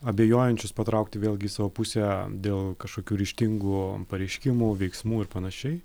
abejojančius patraukti vėlgi į savo pusę dėl kažkokių ryžtingų pareiškimų veiksmų ir panašiai